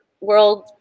world